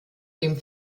dem